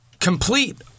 complete